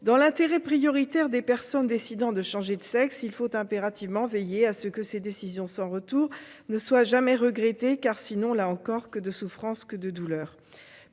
Dans l'intérêt prioritaire des personnes décidant de changer de sexe, il faut impérativement veiller à ce que de telles décisions sans retour ne soient jamais regrettées. Sinon, là encore, que de souffrances, que de douleurs